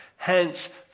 Hence